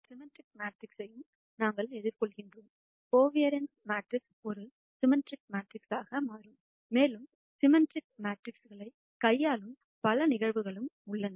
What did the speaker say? symmetric மேட்ரிக்ஸ்க்ஸையும் நாங்கள் எதிர்கொள்கிறோம் கோவாரன்ஸ் மேட்ரிக்ஸ் ஒரு சிம்மெட்ரிக் மேட்ரிக்ஸாக மாறும் மேலும் சிம்மெட்ரிக் மேட்ரிக்ஸ்க்ஸைக் கையாளும் பல நிகழ்வுகளும் உள்ளன